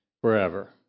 forever